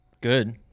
good